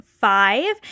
five